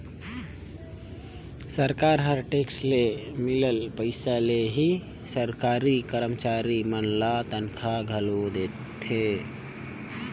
सरकार ह टेक्स ले मिलल पइसा ले ही सरकारी करमचारी मन ल तनखा घलो देथे